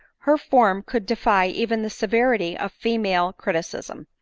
her form could defy even the severity of female criticism.